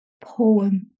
poem